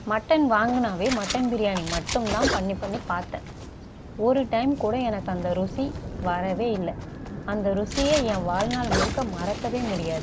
mutton வாங்கினாவே mutton biryani மட்டுந்தான் பண்ணி பண்ணி பார்த்தேன் ஒரு டைம் கூட எனக்கு அந்த ருசி வரவே இல்லை அந்த ருசியை என் வாழ்நாள் முழுக்க மறக்கவே முடியாது